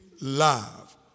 love